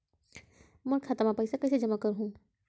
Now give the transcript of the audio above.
मोर खाता म पईसा कइसे जमा करहु?